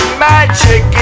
magic